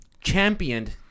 championed